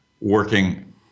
working